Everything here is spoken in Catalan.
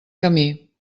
camí